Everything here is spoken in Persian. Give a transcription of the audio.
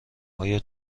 آیا